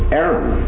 Aaron